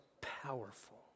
powerful